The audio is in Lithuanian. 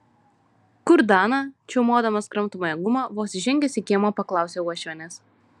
kur dana čiaumodamas kramtomąją gumą vos įžengęs į kiemą paklausė uošvienės